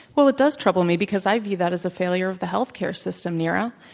well, it does trouble me, because i view that as a failure of the health care system, neera.